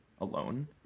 alone